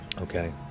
Okay